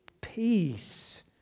Peace